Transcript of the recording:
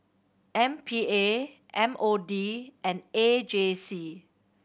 M P A M O D and A J C